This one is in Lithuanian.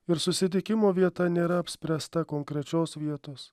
ir susitikimo vieta nėra apspręsta konkrečios vietos